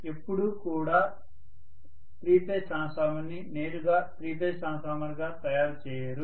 ఎప్పుడూ కూడా three phase transformer ని నేరుగా త్రీ ఫేజ్ ట్రాన్స్ఫార్మర్ గా తయారు చేయరు